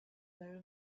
very